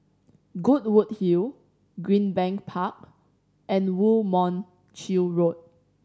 Goodwood Hill Greenbank Park and Woo Mon Chew Road